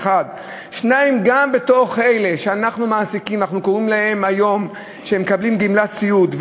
2. גם בנוגע לאלה שהם מעסיקים שמקבלים גמלת סיעוד,